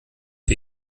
für